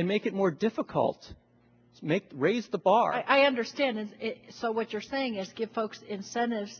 and make it more difficult to make raise the bar i understand and so what you're saying is give folks incentive